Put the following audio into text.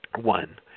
one